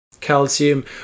calcium